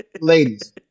ladies